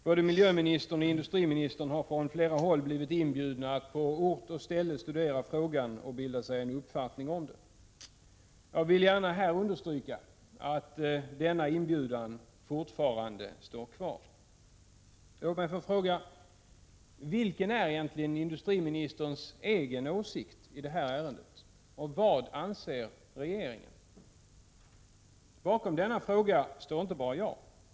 Både miljöministern och industriministern har från flera håll blivit inbjudna att, på ort och ställe, studera frågan och bilda sig en uppfattning om den. Jag vill gärna understryka att denna inbjudan fortfarande står kvar. Låt mig få fråga: Vilken är industriministerns egen åsikt i detta ärende? Vad anser regeringen? Bakom denna fråga står inte bara jag.